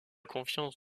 confiance